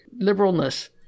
liberalness